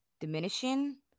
diminishing